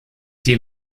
die